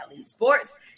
Sports